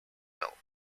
mill